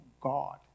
God